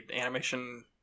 animation